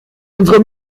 unsere